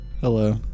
Hello